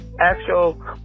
actual